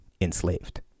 enslaved